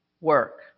work